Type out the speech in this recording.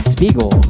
Spiegel